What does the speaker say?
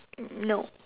no